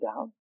down